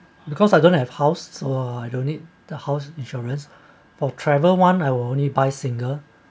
because I don't have house so I don't need the house insurance for travel one I will only buy single